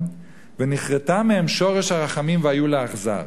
ונכרתה מהם שורש הרחמים והיו לאכזר.